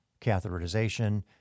catheterization